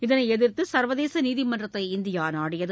இதனை எதிர்த்து சர்வதேச நீதிமன்றத்தை இந்தியா நாடியது